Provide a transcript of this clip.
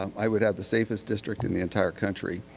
i would have the safest district in the entire country.